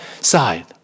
side